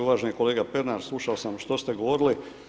Uvaženi kolega Pernar, slušao sam što ste govorili.